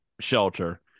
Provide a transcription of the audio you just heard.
shelter